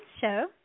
show